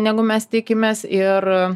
negu mes tikimės ir